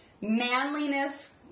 manliness